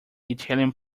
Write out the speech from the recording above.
italian